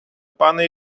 пане